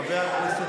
חבר הכנסת